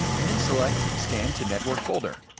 and then select scan to network folder.